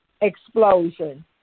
explosion